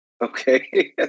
okay